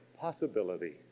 possibility